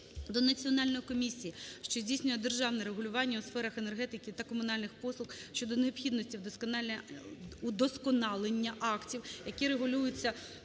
до Національної комісії, що здійснює державне регулювання у сферах енергетики та комунальних послуг щодо необхідності удосконалення актів, які регулюють